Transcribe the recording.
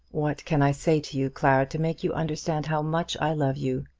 what can i say to you, clara, to make you understand how much i love you?